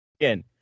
again